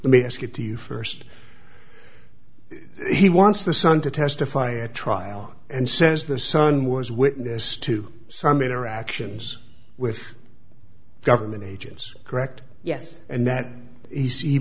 let me ask it to you first he wants the son to testify at trial and says this son was witness to some interactions with government agents correct yes and that he see